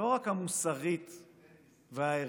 לא רק המוסרית והערכית,